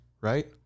right